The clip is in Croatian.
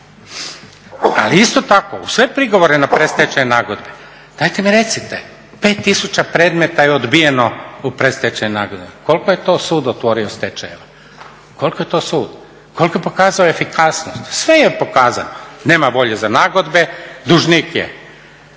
Ali isto tako uz sve prigovore na predstečajne nagodbe, dajte mi recite 5000 predmeta je odbijeno u predstečajnim nagodbama, koliko je to sud otvorio stečajeva, koliko je pokazao efikasnost? Sve je pokazano, nema volje za nagodbe, dužnik je